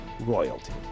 Royalty